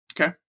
Okay